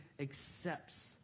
accepts